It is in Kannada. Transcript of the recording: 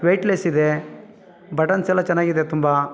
ವೆಯ್ಟ್ಲೆಸ್ಸಿದೆ ಬಟನ್ಸ್ ಎಲ್ಲ ಚೆನ್ನಾಗಿದೆ ತುಂಬ